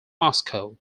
moscow